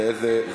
לי מופיע בזה.